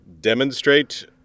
demonstrate